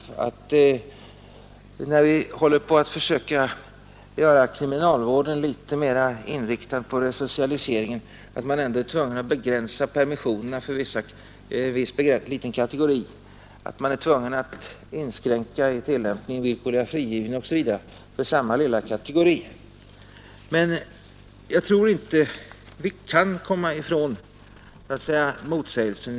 Det är beklagligt att vi, när vi håller på att försöka göra kriminalvården litet mera inriktad på resocialisering ändå är tvungna att begränsa permissionerna för en viss liten kategori, att vi är tvungna att inskränka den villkorliga frigivningen osv. för samma lilla kategori. Men jag tror inte att vi kan komma ifrån den motsägelsen.